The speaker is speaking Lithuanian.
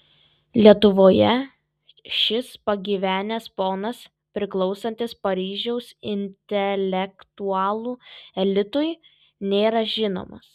lietuvoje šis pagyvenęs ponas priklausantis paryžiaus intelektualų elitui nėra žinomas